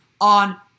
On